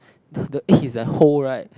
the egg is like whole right